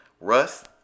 Russ